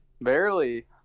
Barely